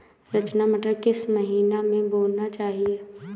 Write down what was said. रचना मटर किस महीना में बोना चाहिए?